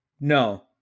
No